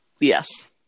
Yes